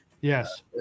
Yes